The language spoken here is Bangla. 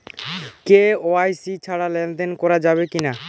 কে.ওয়াই.সি ছাড়া লেনদেন করা যাবে কিনা?